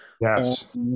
Yes